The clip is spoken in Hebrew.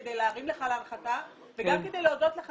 כדי להרים לך להנחתה וגם כד להודות לך